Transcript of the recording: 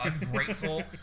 ungrateful